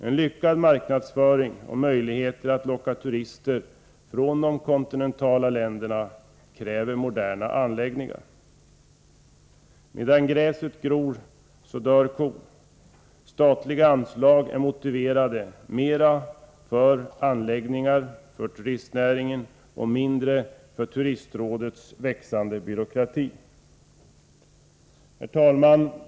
En lyckad marknadsföring med avseende på möjligheter att locka turister från de kontinentala länderna kräver moderna anläggningar. Medan gräset gror dör kon. Statliga anslag är motiverade, mera för anläggningar och för turistnäringen och mindre för Turistrådets växande byråkrati. Herr talman!